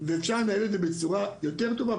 ואפשר לנהל את זה בצורה יותר טובה,